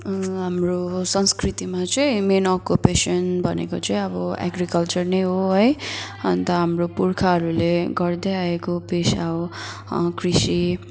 हाम्रो संस्कृतिमा चाहिँ मेन अकोपेसन भनेको चाहिँ अब एग्रिकल्चर नै हो है अन्त हाम्रो पुर्खाहरूले गर्दै आएको पेसा हो कृषि